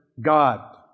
God